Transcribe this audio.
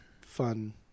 fun